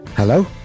Hello